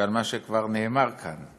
ועל מה שכבר נאמר כאן.